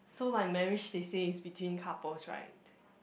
so like marriage they say is between couples right